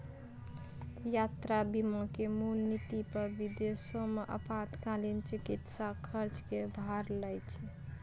यात्रा बीमा के मूल नीति पे विदेशो मे आपातकालीन चिकित्सा खर्च के भार लै छै